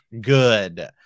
Good